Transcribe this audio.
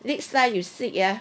next time you seat ah